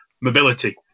mobility